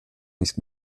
nicht